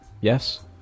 yes